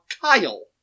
Kyle